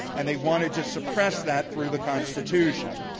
and they wanted to suppress that through the constitution.